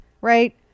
right